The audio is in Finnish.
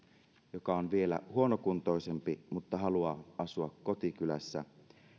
joka on vielä huonokuntoisempi mutta haluaa asua kotikylässä